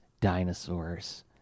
dinosaurs